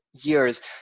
years